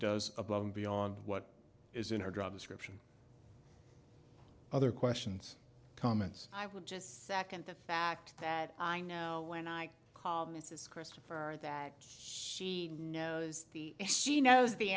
does above and beyond what is in her drug description other questions comments i would just second the fact that i know when i called mrs kristen for that she knows the she knows the